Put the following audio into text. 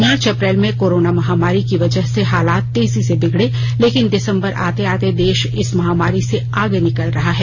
मार्च अप्रैल में कोरोना महामारी की वजह से हालात तेजी से बिगड़े लेकिन दिसंबर आते आते देश इस महामारी से आगे निकल रहा है